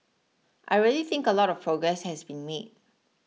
I really think a lot of progress has been made